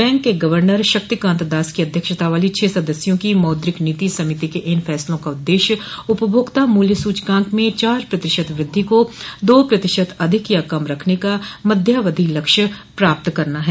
bank के governor Shaktikanta Das की अध्यक्षता वाली छह सदस्यों की मौद्रिक नीति समिति के इन फैसलों का उद्देश्य उपभोक्ता मूल्य सूचकांक में चार प्रतिशत वृद्धि को दो प्रतिशत अधिक या कम रखने का मध्यावधि लक्ष्य प्राप्त करना है